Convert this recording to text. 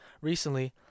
recently